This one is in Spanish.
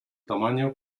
tamaño